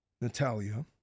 Natalia